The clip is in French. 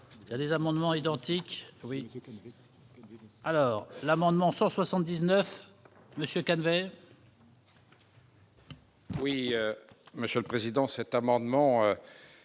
les amendements identiques oui alors l'amendement 179 monsieur Calvet. Oui, Monsieur le Président, cet amendement